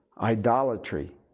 idolatry